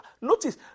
notice